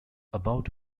about